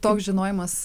toks žinojimas